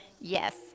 yes